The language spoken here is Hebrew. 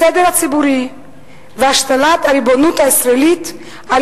הסדר הציבורי והשלטת הריבונות הישראלית על